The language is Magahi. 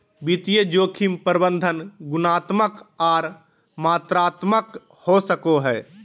वित्तीय जोखिम प्रबंधन गुणात्मक आर मात्रात्मक हो सको हय